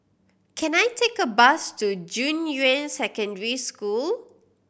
can I take a bus to Junyuan Secondary School